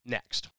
Next